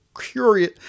curious